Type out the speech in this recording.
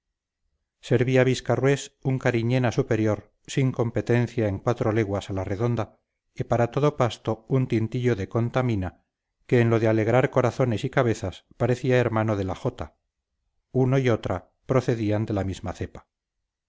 servía viscarrués un cariñena superior sin competencia en cuatro leguas a la redonda y para todo pasto un tintillo de contamina que en lo de alegrar corazones y cabezas parecía hermano de la jota uno y otra procedían de la misma cepa